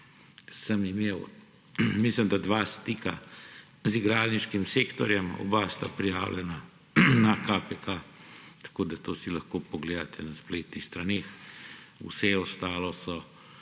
Imel sem, mislim da, dva stika z igralniškim sektorjem, oba sta prijavljena na KPK. To si lahko pogledate na spletnih straneh. Vse ostalo so